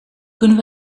kunnen